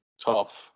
tough